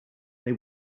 they